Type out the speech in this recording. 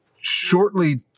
shortly